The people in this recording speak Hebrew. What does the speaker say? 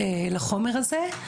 לחומר הזה,